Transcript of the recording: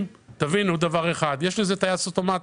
תבינו דבר אחד: יש לזה טייס אוטומטי.